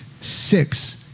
six